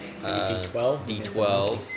D12